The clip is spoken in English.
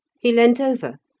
he leant over,